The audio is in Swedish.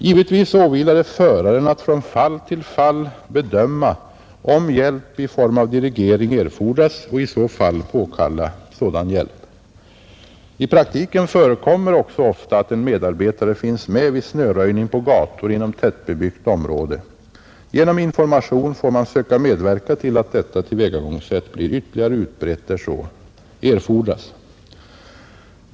Givetvis åvilar det föraren att från fall till fall bedöma om hjälp i form av dirigering erfordras och i så fall påkalla sådan hjälp. I praktiken förekommer också ofta att en medarbetare finns med vid snöröjning på gator inom tättbebyggt område. Genom information får man söka medverka till att detta tillvägagångssätt blir ytterligare utbrett där så erfordras.